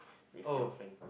with your friend